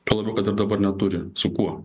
tuo labiau kad ir dabar neturi su kuo